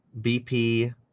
BP